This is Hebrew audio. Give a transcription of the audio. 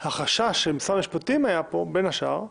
החשש שמשרד המשפטים העלה פה, בין השאר,